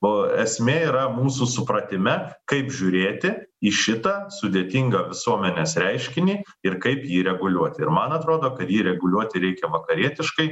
o esmė yra mūsų supratime kaip žiūrėti į šitą sudėtingą visuomenės reiškinį ir kaip jį reguliuoti ir man atrodo kad jį reguliuoti reikia vakarietiškai